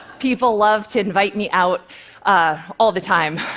people love to invite me out all the time.